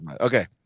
Okay